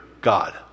God